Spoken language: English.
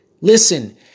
listen